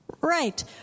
Right